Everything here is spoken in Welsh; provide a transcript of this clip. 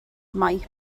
maip